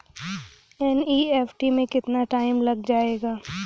NEFT में कितना time लग जाएगा?